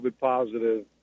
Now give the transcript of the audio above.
positive